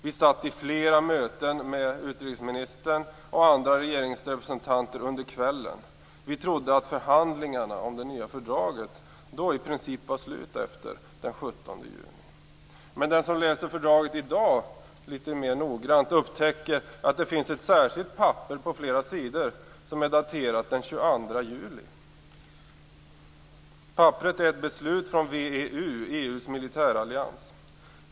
Vi satt i flera möten med utrikesministern och andra regeringsrepresentanter under kvällen. Vi trodde att förhandlingarna om det nya fördraget då i princip var slut, efter den 17 juni. Men den som i dag läser fördraget litet mer noggrant upptäcker att det finns ett särskilt papper på flera sidor som är daterat den 22 juli. Papperet är ett beslut från VEU, EU:s militärallians.